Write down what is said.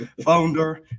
founder